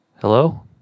hello